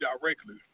directly